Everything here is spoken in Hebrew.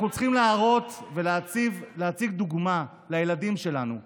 אנחנו צריכים להראות ולהציב ולהציג דוגמה לילדים שלנו.